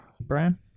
brian